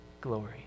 glory